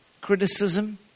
criticism